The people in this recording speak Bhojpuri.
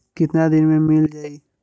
कितना दिन में मील जाई?